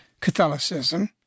Catholicism